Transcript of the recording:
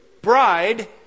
bride